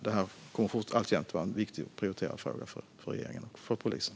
Detta kommer alltjämt att vara en viktig och prioriterad fråga för regeringen och polisen.